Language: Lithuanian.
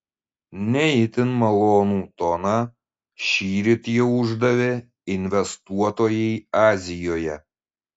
ne itin malonų toną šįryt jau uždavė investuotojai azijoje